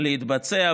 ליקירים הסובבים